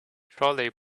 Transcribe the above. trolley